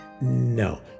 No